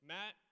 Matt